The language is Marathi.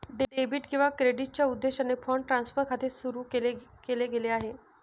डेबिट किंवा क्रेडिटच्या उद्देशाने फंड ट्रान्सफर खाते सुरू केले गेले आहे